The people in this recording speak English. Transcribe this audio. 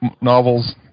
novels